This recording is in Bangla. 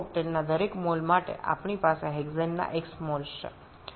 আসুন আমরা আইসোকটেনের প্রতিটি মোল এর জন্য ধরে নিই আমাদের জন্য হেক্সেনের x মোল রয়েছে